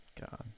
God